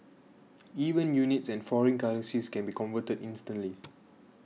even units and foreign currencies can be converted instantly